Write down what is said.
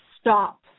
stop